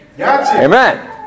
Amen